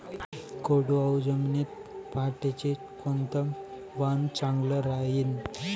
कोरडवाहू जमीनीत पऱ्हाटीचं कोनतं वान चांगलं रायीन?